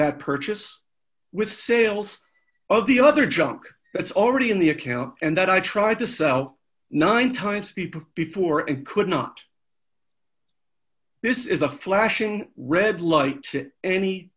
that purchase with sales of the other junk that's already in the account and that i tried to sell nine times people before it could not this is a flashing red light